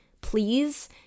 please